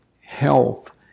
health